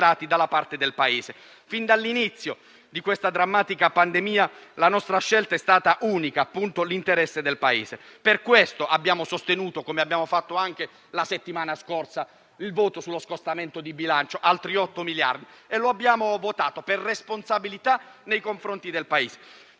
dalla parte del Paese. Fin dall'inizio di questa drammatica pandemia, la nostra scelta è stata unica: l'interesse del Paese. Per questo abbiamo sostenuto anche la settimana scorsa il voto sullo scostamento di bilancio di altri 8 miliardi e lo abbiamo votato per responsabilità nei confronti del Paese.